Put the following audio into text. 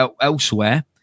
elsewhere